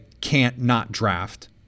can't-not-draft